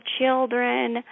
children